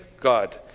God